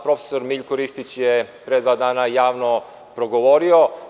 Prof. Miljko Ristić je pre dva dana javno progovorio.